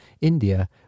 India